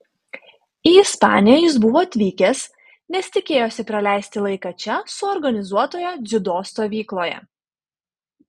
į ispaniją jis buvo atvykęs nes tikėjosi praleisti laiką čia suorganizuotoje dziudo stovykloje